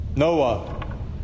Noah